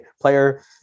player